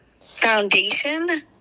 foundation